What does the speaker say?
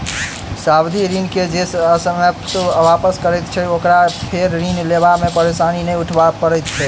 सावधि ऋण के जे ससमय वापस करैत छै, ओकरा फेर ऋण लेबा मे परेशानी नै उठाबय पड़ैत छै